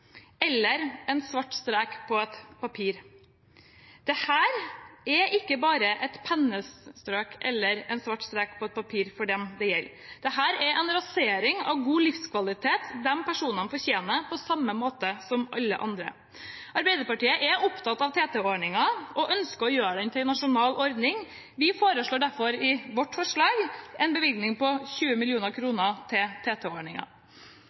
eller en svart strek på et papir. Dette er ikke bare et pennestrøk eller en svart strek på et papir for dem det gjelder – dette er en rasering av god livskvalitet som de personene fortjener på samme måte som alle andre. Arbeiderpartiet er opptatt av TT-ordningen og ønsker å gjøre den til en nasjonal ordning. Vi har derfor i vårt forslag en bevilgning på 20 mill. kr til